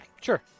Sure